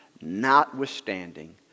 notwithstanding